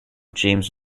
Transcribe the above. james